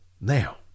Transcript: Now